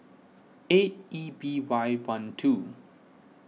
eight E B Y one two